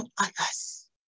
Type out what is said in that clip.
others